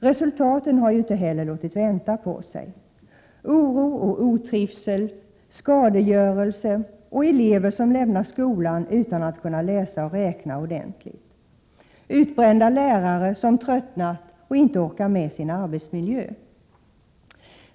Resultaten har ju inte heller låtit vänta på sig: oro och otrivsel, skadegörelse och elever som lämnar skolan utan att kunna läsa och räkna ordentligt, utbrända lärare som tröttnat och inte orkar med sin arbetsmiljö.